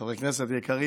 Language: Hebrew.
חברי הכנסת היקרים,